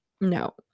no